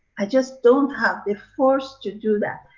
i just don't have the force to do that.